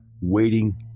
waiting